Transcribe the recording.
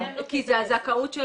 כי זה הזכאות של